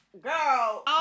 Girl